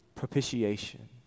propitiation